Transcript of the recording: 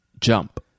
JUMP